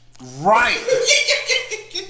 Right